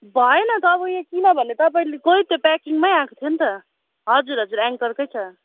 भएन त अब यहाँ किनभने तपाईँकै त्यो प्याकिमै आएको थियो नि त हजुर हजुर एङ्कोरकै छ